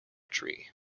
tree